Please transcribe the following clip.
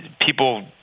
people